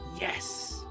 Yes